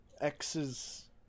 X's